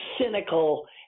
cynical